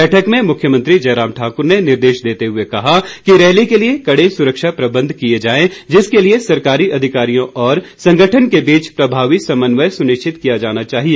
बैठक में मुख्यमंत्री जयराम ठाक्र ने निर्देश देते हुए कहा कि रैली के लिए कड़े सुरक्षा प्रबंध किए जाएं जिसके लिए सरकारी अधिकारियों और संगठन के बीच प्रभावी समन्वय सुनिश्चित किया जाना चाहिए